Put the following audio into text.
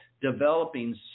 developing